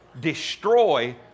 Destroy